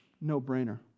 no-brainer